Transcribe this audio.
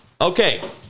Okay